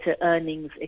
earnings